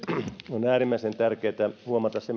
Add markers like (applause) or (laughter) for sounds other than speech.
on äärimmäisen tärkeätä huomata se (unintelligible)